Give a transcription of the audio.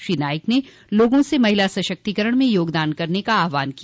श्री नाईक ने लोगों से महिलाओं के सशक्तिकरण में योगदान करने का आहवान किया